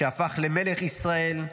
שהפך למלך ישראל,